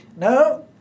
No